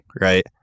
right